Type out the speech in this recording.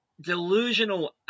delusional